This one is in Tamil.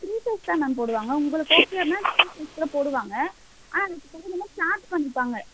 ஃப்ரீ சைஸ் தான் மேம் போடுவாங்க உங்களுக்கு ஓகே அப்படின்னா ஃப்ரீ சைஸ் தான் போடுவாங்க ஆனால் அதுக்கு தகுந்தமாதிரி சார்ஜ் பண்ணிப்பாங்க